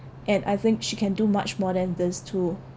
and I think she can do much more than this too